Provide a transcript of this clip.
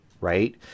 Right